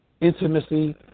intimacy